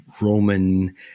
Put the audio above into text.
Roman